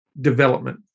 development